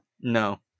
no